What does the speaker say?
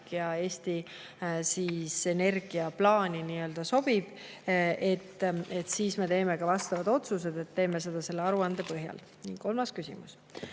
ja see Eesti energiaplaani nii-öelda sobib, siis me teeme ka vastavad otsused. Me teeme seda selle aruande põhjal. Kolmas küsimus: